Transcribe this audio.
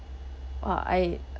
!wah! I